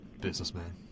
Businessman